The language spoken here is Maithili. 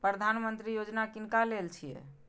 प्रधानमंत्री यौजना किनका लेल छिए?